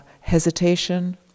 hesitation